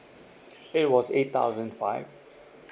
it was eight thousand five